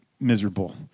Miserable